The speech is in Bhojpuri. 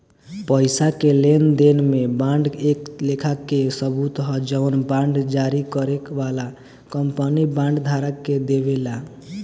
पईसा के लेनदेन में बांड एक लेखा के सबूत ह जवन बांड जारी करे वाला कंपनी बांड धारक के देवेला